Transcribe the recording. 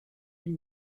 you